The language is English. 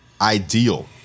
ideal